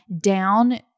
down